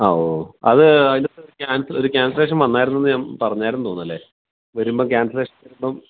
ആ ഓ ഓ ആത് അതിനകത്ത് ക്യാൻസൽ ഒര് ക്യാൻസലേഷൻ വന്നായിരുന്നു ഞാൻ പറഞ്ഞായിരുന്നു തോന്നുന്നു അല്ലേ വരുമ്പോൾ ക്യാൻസലേഷൻ അപ്പം